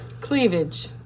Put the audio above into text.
cleavage